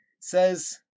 Says